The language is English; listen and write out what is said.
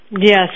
Yes